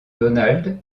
donald